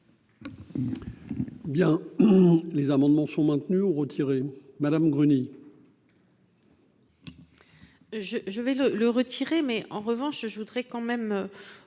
Bien les amendements sont maintenus ou retiré Madame Gruny. Je je vais le le retirer mais en revanche, je voudrais quand même